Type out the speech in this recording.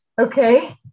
Okay